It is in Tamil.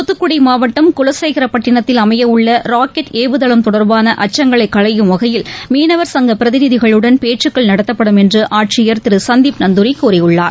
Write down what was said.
தூத்துக்குடிமாவட்டம் குலசேகரப் பட்டினத்தில் அமையவுள்ளராக்கெட் ஏவுதளம் தொடர்பானஅச்சங்களைகளையும் வகையில் மீனவர் சங்கப் பிரதிநிதிகளுடன் பேச்சுக்கள் நடத்தப்படும் என்றுஆட்சியர் திருசந்தீப் நந்துாரிகூறியுள்ளார்